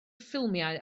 ffilmiau